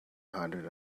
hundred